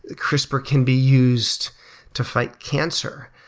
ah crispr can be used to fight cancer.